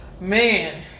man